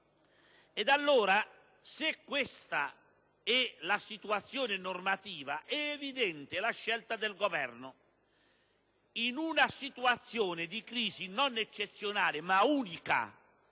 Ed allora, se questa è la situazione normativa, è evidente la scelta del Governo. In una situazione di crisi, non eccezionale, ma unica